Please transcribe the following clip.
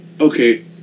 Okay